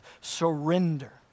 surrender